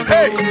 Hey